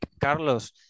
Carlos